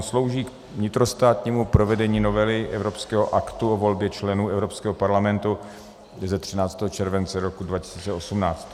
Slouží k vnitrostátnímu provedení novely evropského aktu o volbě členů Evropského parlamentu ze 13. července 2018.